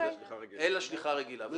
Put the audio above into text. אלא שליחה רגילה.